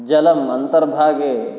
जलम् अन्तर्भागे